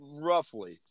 roughly